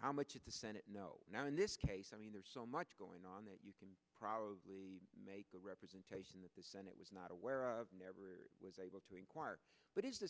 how much is the senate know now in this case i mean there's so much going on that you can probably make the representation that the senate was not aware of never was able to inquire what is the